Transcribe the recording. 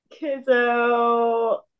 Kizzo